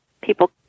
people